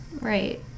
Right